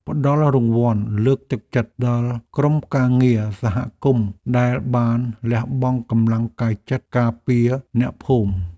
ផ្ដល់រង្វាន់លើកទឹកចិត្តដល់ក្រុមការងារសហគមន៍ដែលបានលះបង់កម្លាំងកាយចិត្តការពារអ្នកភូមិ។